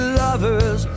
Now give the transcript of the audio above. lovers